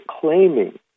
claiming